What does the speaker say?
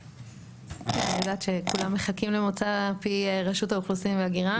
אני יודעת שכולם מחכים למוצא פי רשת האוכלוסין וההגירה.